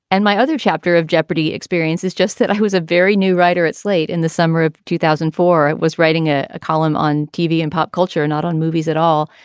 and my other chapter of jeopardy experienced is just that. i was a very new writer at slate. in the summer of two thousand and four. i was writing ah a column on tv and pop culture, not on movies at all.